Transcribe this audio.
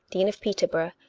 dean of peter borough,